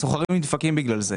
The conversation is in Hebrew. השוכרים נדפקים בגלל זה".